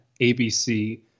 abc